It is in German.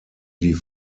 die